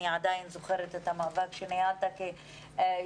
אני עדיין זוכרת את המאבק שניהלת כיושב-ראש